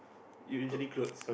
usually clothes